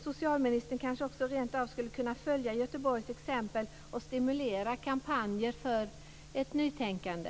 Socialministern kanske också rentav skulle kunna följa Göteborgs exempel och stimulera kampanjer för ett nytänkande.